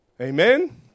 Amen